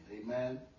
Amen